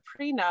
prenup